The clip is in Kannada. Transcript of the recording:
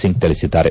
ಸಿಂಗ್ ತಿಳಿಸಿದ್ದಾರೆ